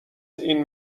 این